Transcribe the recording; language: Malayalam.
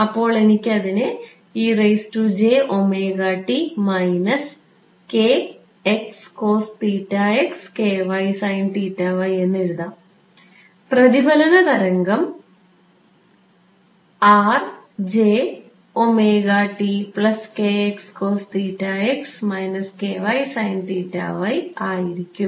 അപ്പോൾ എനിക്ക് അതിനെ എന്നെഴുതാം പ്രതിഫലന തരംഗം ആയിരിക്കും